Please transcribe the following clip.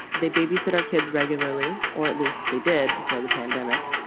they babysit our kids regularly, or at least they did before the pandemic,